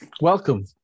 Welcome